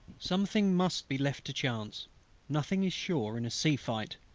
something must be left to chance nothing is sure in a sea-fight,